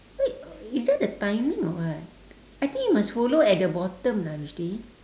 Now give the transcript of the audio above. wait is that the timing or what I think you must follow at the bottom lah rushdi